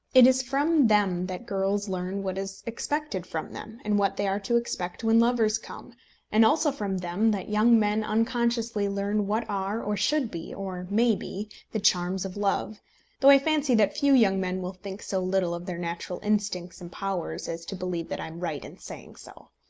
it is from them that girls learn what is expected from them, and what they are to expect when lovers come and also from them that young men unconsciously learn what are, or should be, or may be, the charms of love though i fancy that few young men will think so little of their natural instincts and powers as to believe that i am right in saying so.